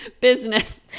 Business